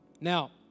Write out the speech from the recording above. Now